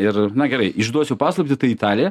ir na gerai išduosiu paslaptį tai italija